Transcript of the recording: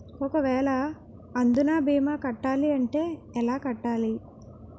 ఒక వేల అందునా భీమా కట్టాలి అంటే ఎలా కట్టాలి?